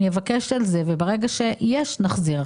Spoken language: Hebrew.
אני אבקש על זה וברגע שיש, נחזיר.